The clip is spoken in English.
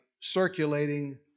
circulating